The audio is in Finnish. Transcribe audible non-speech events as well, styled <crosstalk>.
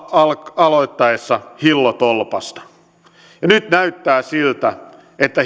aloittaessa hillotolpasta nyt näyttää siltä että <unintelligible>